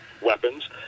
weapons